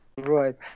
Right